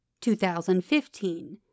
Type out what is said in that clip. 2015